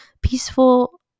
peaceful